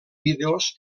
vídeos